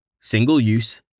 single-use